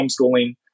homeschooling